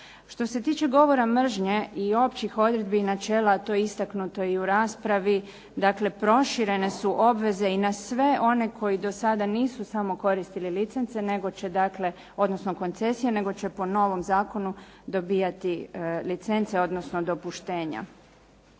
Što se tiče govora mržnje i općih odredbi i načela to je istaknuto i u raspravi, dakle proširene su obveze i na sve one koji dosada nisu samo koristili licence nego će dakle, odnosno koncesije, nego će po novom zakonu dobivati licence, odnosno dopuštenja.